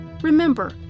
Remember